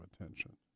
attention